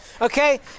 okay